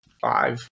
five